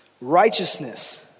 righteousness